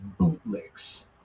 bootlicks